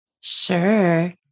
Sure